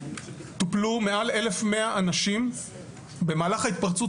טופלו מעל 1,100 אנשים במהלך ההתפרצות